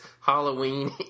Halloween